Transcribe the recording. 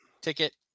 ticket